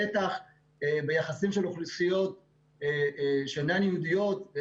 בטח ביחסים של אוכלוסיות שאינן יהודיות,